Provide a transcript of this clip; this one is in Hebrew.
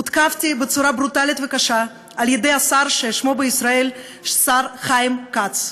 הותקפתי בצורה ברוטלית וקשה על-ידי השר ששמו בישראל השר חיים כץ.